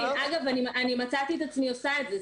אגב, אני מצאתי את עצמי עושה את זה.